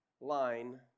line